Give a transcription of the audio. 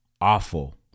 awful